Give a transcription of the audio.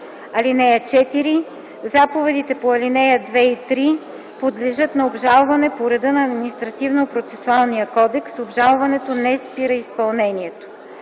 (4) Заповедите по ал. 2 и 3 подлежат на обжалване по реда на Административнопроцесуалния кодекс. Обжалването не спира изпълнението.